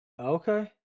Okay